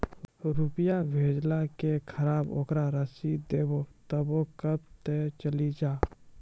रुपिया भेजाला के खराब ओकरा रसीद देबे तबे कब ते चली जा?